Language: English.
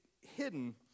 hidden